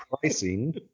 pricing